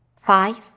Five